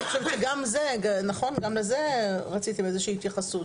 אני חושבת שגם לזה רציתם איזושהי התייחסות.